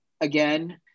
again